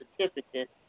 certificate